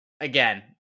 again